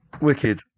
Wicked